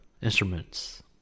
instruments